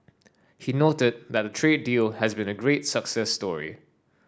he noted that the trade deal has been a great success story